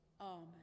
Amen